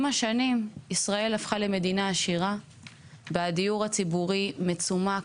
עם השנים ישראל הפכה למדינה עשירה והדיור הציבורי מצומק,